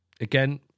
Again